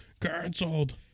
Cancelled